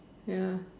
ya